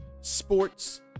sports